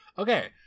Okay